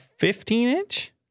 15-inch